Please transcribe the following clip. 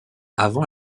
avant